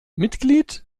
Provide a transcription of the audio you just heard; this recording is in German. mitglied